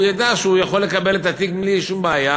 הוא ידע שהוא יכול לקבל את התיק בלי שום בעיה